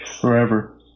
forever